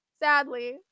Sadly